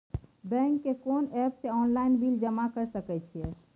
Bank के कोन app से ऑनलाइन बिल जमा कर सके छिए?